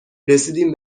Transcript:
رسیدیم